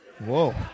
Whoa